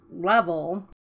level